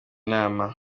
nama